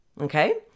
Okay